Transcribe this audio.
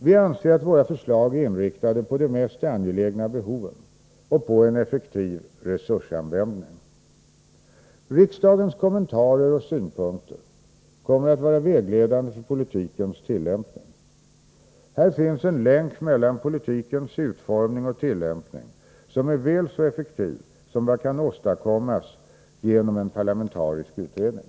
Vi anser att våra förslag är inriktade på de mest angelägna behoven och på en effektiv resursanvändning. Riksdagens kommentarer och synpunkter kommer att vara vägledande för politikens tillämpning. Här finns en länk mellan politikens utformning och tillämpning som är väl så effektiv som vad som kan åstadkommas genom en parlamentarisk utredning.